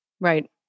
Right